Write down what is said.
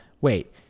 wait